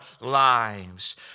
lives